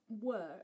work